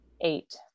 eight